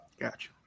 Gotcha